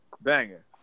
banger